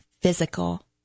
physical